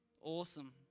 Awesome